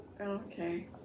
Okay